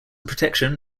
protection